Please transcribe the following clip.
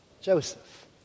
Joseph